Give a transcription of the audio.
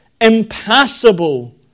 impassable